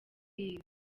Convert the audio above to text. y’isi